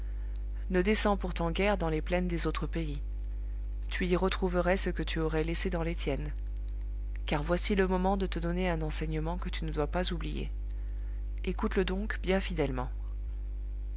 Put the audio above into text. ne descends pourtant guère dans les plaines des autres pays tu y retrouverais ce que tu aurais laissé dans les tiennes car voici le moment de te donner un enseignement que tu ne dois pas oublier écoute-le donc bien fidèlement